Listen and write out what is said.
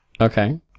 Okay